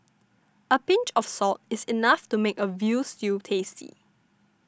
a pinch of salt is enough to make a Veal Stew tasty